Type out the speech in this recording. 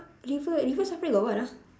river river-safari got what ah